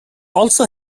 also